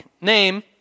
Name